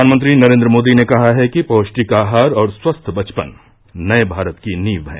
प्रधानमंत्री नरेन्द्र मोदी ने कहा है कि पौष्टिक आहार और स्वस्थ बचपन नये भारत की नींव है